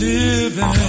living